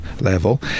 level